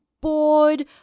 bored